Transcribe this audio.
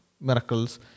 miracles